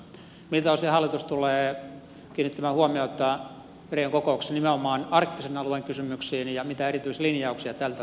miltä osin hallitus tulee kiinnittämään huomiota rion kokouksessa nimenomaan arktisen alueen kysymyksiin ja mitä erityislinjauksia tältä osin meillä on